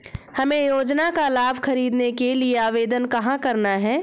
हमें योजना का लाभ ख़रीदने के लिए आवेदन कहाँ करना है?